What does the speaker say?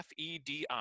fedi